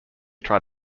tried